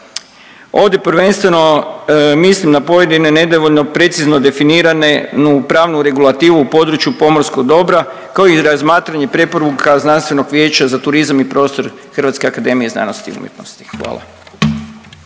Ovdje prvenstveno mislim na pojedine nedovoljno precizno definirane u pravnu regulativu u području pomorskog dobra kao i razmatranje preporuka znanstvenog vijeća za turizam i prostor Hrvatska akademije znanosti i umjetnosti. Hvala.